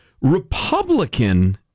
Republican